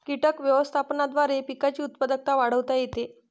कीटक व्यवस्थापनाद्वारे पिकांची उत्पादकता वाढवता येते